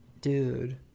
dude